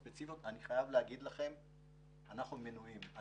אני חייב להגיד שאנחנו מנועים מלדבר על זה עכשיו.